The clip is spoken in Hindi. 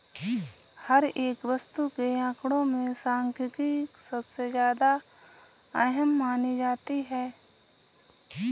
हर एक वस्तु के आंकडों में सांख्यिकी सबसे ज्यादा अहम मानी जाती है